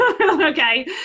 okay